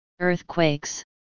earthquakes